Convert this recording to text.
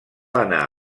anar